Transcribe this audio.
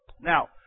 Now